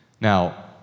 Now